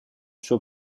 suo